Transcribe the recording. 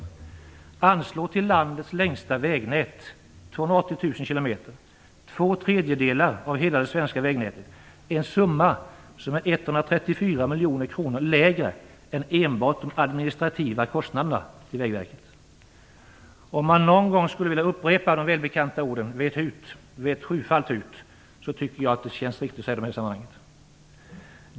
Man anslår till landets längsta vägnät - 280 000 km, vilket är två tredjedelar av hela det svenska vägnätet - ett belopp som är 134 miljoner kronor lägre än vad som behövs enbart för Vägverkets administrativa kostnader. Om man någon gång skulle vilja upprepa de välbekanta orden "Vet hut! Vet sjufalt hut!" så är det i detta sammanhang.